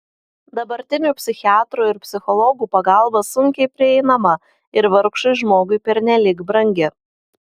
dabartinių psichiatrų ir psichologų pagalba sunkiai prieinama ir vargšui žmogui pernelyg brangi